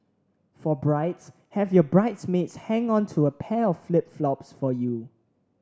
for brides have your bridesmaids hang onto a pair flip flops for you